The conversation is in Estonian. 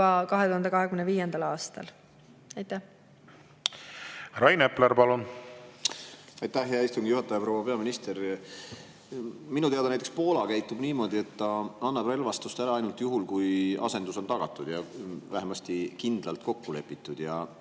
2025. aastal. Rain Epler, palun! Rain Epler, palun! Aitäh, hea istungi juhataja! Proua peaminister! Minu teada näiteks Poola käitub niimoodi, et ta annab relvastust ära ainult juhul, kui asendus on tagatud, vähemasti kindlalt kokku lepitud. Ma